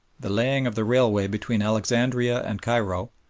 the laying of the railway between alexandria and cairo,